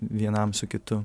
vienam su kitu